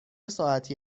ساعتی